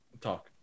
Talk